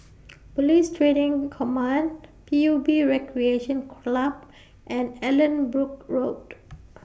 Police Training Command P U B Recreation Club and Allanbrooke Road